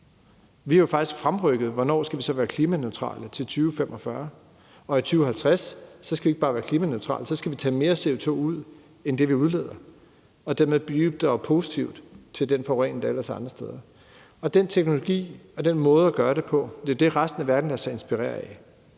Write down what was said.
Vi har faktisk fremrykket, hvornår vi så skal være klimaneutrale, til 2045, og i 2050 skal vi ikke bare være klimaneutrale, så skal vi tage mere CO2 ud end det, vi udleder, og det vil bidrage positivt i forbindelse med den forurening, der ellers er andre steder. Den teknologi og den måde at gøre det på er det, som resten af verden lader sig inspirere af.